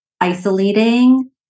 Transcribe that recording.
isolating